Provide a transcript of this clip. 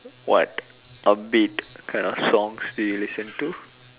what a beat kind of songs do you listen to